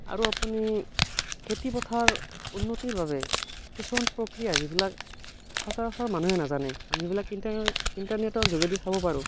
আৰু আপুনিখেতি পথাৰ উন্নতিৰ বাবে কিছুমান প্ৰক্ৰিয়া যবিলাক সচৰাচৰ মানুহে নাজানে সেইবিলাক ইণ্টাৰনেটৰ যোগেদি চাব পাৰো